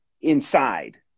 inside